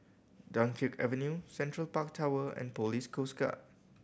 Dunkirk Avenue Central Park Tower and Police Coast Guard